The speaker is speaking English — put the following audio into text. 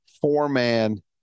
four-man